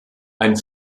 ein